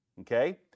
Okay